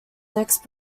next